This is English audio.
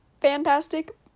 fantastic